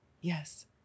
yes